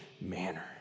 manner